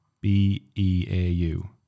B-E-A-U